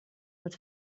but